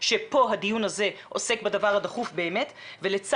ואנחנו